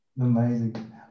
Amazing